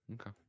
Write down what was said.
Okay